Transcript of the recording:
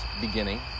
beginning